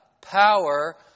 power